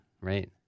right